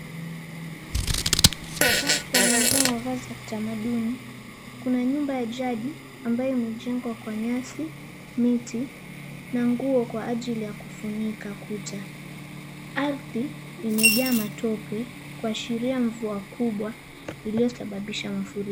Watu wamevaa mavazi ya kitamaduni. Kuna nyumba ya jadi ambayo imejengwa kwa nyasi, miti na nguo kwa ajili ya kufunika kuta. Ardhi imejaa matope kuashiria mvua kubwa iliyosababisha mafuriko.